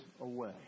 away